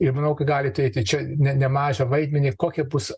ir manau kad gali turėti čia ne nemažą vaidmenį kokia bus